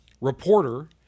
reporter